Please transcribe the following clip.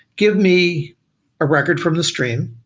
give me a record from the stream,